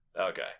Okay